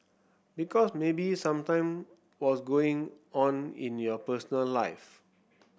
because maybe something was going on in your personal life